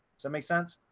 so it makes sense.